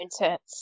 intense